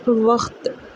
وقت